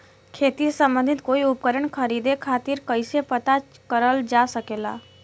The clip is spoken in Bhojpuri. खेती से सम्बन्धित कोई उपकरण खरीदे खातीर कइसे पता करल जा सकेला?